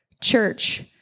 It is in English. church